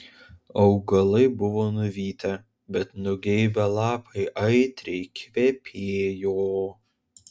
augalai buvo nuvytę bet nugeibę lapai aitriai kvepėjo